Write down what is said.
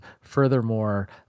Furthermore